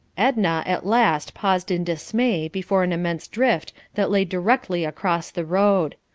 edna at last paused in dismay before an immense drift that lay directly across the road.